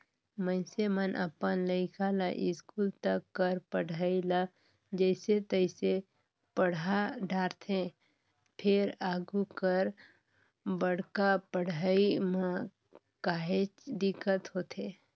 मइनसे मन अपन लइका ल इस्कूल तक कर पढ़ई ल जइसे तइसे पड़हा डारथे फेर आघु कर बड़का पड़हई म काहेच दिक्कत होथे